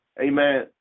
amen